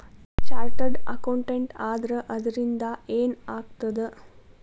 Chartered accountant ಆದ್ರ ಅದರಿಂದಾ ಏನ್ ಆಗ್ತದ?